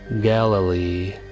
Galilee